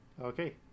Okay